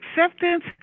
acceptance